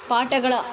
ಪಾಠಗಳ